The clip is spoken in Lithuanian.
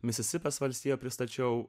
misisipės valstiją pristačiau